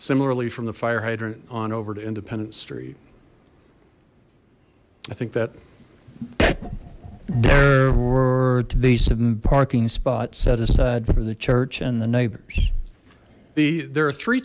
similarly from the fire hydrant on over to independence street i think that there were to be some parking spots set aside for the church and the neighbors the there are three